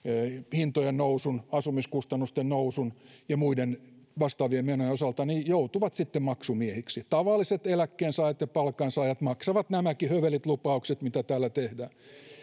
hintojen nousun asumiskustannusten nousun ja muiden vastaavien menojen osalta joutuvat sitten maksumiehiksi tavalliset eläkkeensaajat ja palkansaajat maksavat nämäkin hövelit lupaukset mitä täällä tehdään